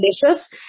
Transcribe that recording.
delicious